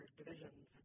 divisions